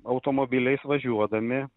automobiliais važiuodami